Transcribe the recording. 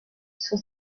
sur